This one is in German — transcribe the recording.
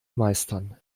meistern